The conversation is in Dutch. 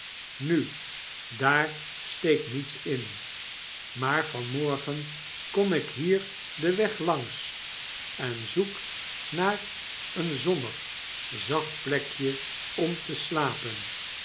nu daar steekt niets in maar van morgen kom ik hier den weg langs en zoek naar een zonnig zacht plekje om te slapen